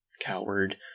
coward